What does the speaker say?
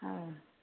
औ